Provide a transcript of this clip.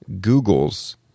google's